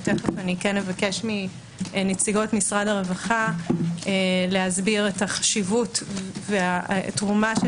תכף כן אבקש מנציגות משרד הרווחה להסביר את החשיבות ואת התרומה של